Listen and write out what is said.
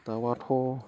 दाउआथ'